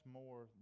more